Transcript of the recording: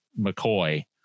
McCoy